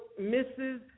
Mrs